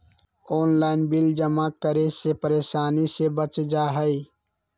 Online bill जमा करे से परेशानी से बच जाहई?